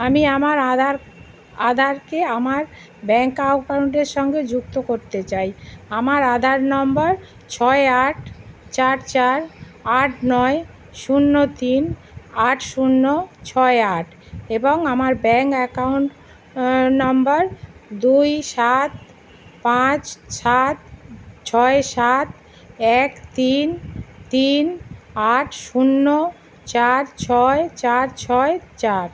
আমি আমার আধার আধারকে আমার ব্যাঙ্ক আউকান্টের সঙ্গে যুক্ত করতে চাই আমার আধার নম্বর ছয় আট চার চার আট নয় শূন্য তিন আট শূন্য ছয় আট এবং আমার ব্যাঙ্ক অ্যাকাউন্ট নাম্বার দুই সাত পাঁচ সাত ছয় সাত এক তিন তিন আট শূন্য চার ছয় চার ছয় চার